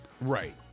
right